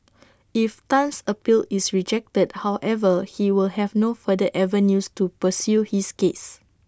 if Tan's appeal is rejected however he will have no further avenues to pursue his case